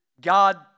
God